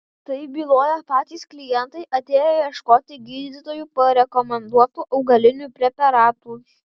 tai byloja patys klientai atėję ieškoti gydytojų parekomenduotų augalinių preparatų